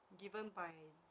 given by